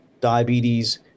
diabetes